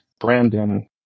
Brandon